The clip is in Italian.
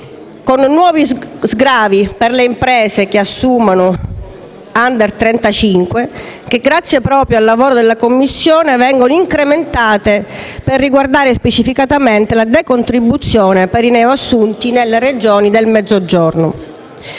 con nuovi sgravi per le imprese che assumono *under* 35, che grazie al lavoro della Commissione vengono incrementate per ricomprendere specificamente la decontribuzione per i neoassunti nelle Regioni del Mezzogiorno.